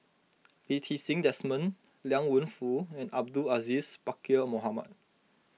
Lee Ti Seng Desmond Liang Wenfu and Abdul Aziz Pakkeer Mohamed